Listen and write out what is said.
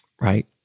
right